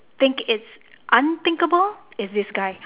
think it's unthinkable is this guy